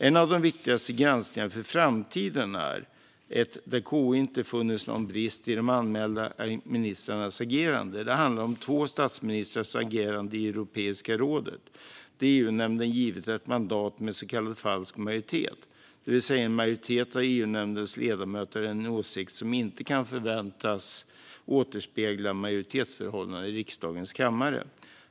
Ett av de viktigaste granskningsärendena för framtiden är ett där KU inte funnit någon brist i de anmälda ministrarnas agerande. Det handlar om två statsministrars agerande i Europeiska rådet när EUnämnden givit ett mandat med så kallad falsk majoritet, det vill säga att en majoritet av EU-nämndens ledamöter har en åsikt som inte kan förväntas återspegla majoritetsförhållandena i riksdagens kammare.